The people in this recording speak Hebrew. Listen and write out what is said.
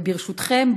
ברשותכם,